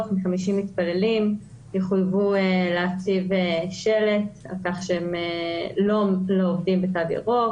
מ-50 מתפללים יחויבו להציב שלט על כך שהם לא עומדים בתו ירוק,